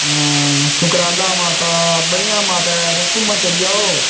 सुकराला माता बड़ियां माता तुस घुम्मन चली जाओ